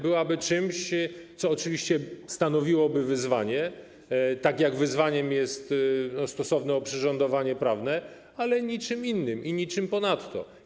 Byłoby oczywiście czymś, co stanowiłoby wyzwanie, tak jak wyzwaniem jest stosowne oprzyrządowanie prawne, ale niczym innym i niczym ponadto.